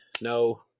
no